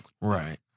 right